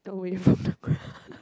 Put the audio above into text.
away fromt he crowd